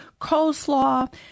coleslaw